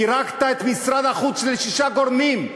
פירקת את משרד החוץ לשישה גורמים.